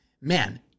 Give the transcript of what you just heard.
man